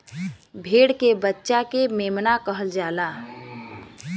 भेड़ के बच्चा के मेमना कहल जाला